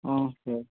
okay